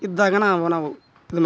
ಇದ್ದಾಗ ನಾವು ನಾವು ಇದ್ನ